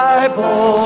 Bible